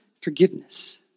forgiveness